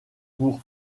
pour